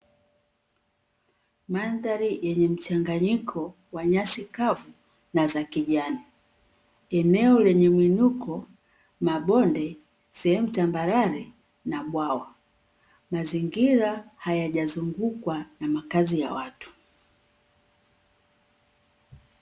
Mandhari yenye mchanganyiko wa nyasi kavu na za kijani. Eneo lenye mwinuko, mabonde, sehemu tambarare na bwawa. Mazingira hayajazungukwa na makazi ya watu.